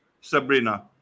Sabrina